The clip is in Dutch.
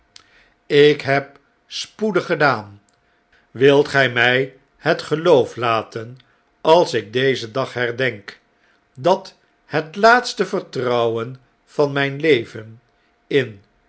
ik heb spoedig gedaan wilt gij mij het geloof laten als ik dezen dag herdenk dat het laatste vertrouwen van mijn leven in